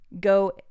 go